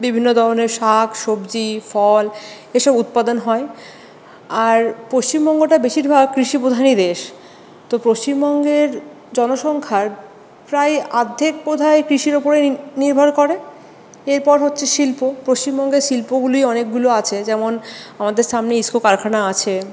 বিভিন্ন ধরনের শাক সবজি ফল এসব উৎপাদন হয় আর পশ্চিমবঙ্গটা বেশিরভাগ কৃষি প্রধানই দেশ তো পশ্চিমবঙ্গের জনসংখ্যার প্রায় আর্ধেক বোধহায় কৃষির ওপরে নির্ভর করে এরপর হচ্ছে শিল্প পশ্চিমবঙ্গের শিল্পগুলি অনেকগুলো আছে যেমন আমাদের সামনে ইস্কো কারখানা আছে